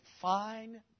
fine